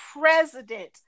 president